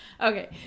Okay